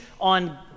on